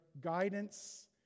guidance